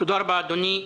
תודה רבה, אדוני.